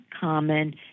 common